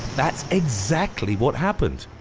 that's exactly what happened!